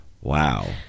Wow